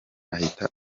ahita